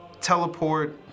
teleport